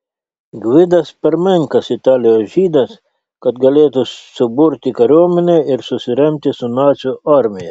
gvidas per menkas italijos žydas kad galėtų suburti kariuomenę ir susiremti su nacių armija